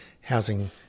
Housing